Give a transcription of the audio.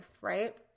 right